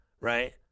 Right